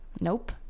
nope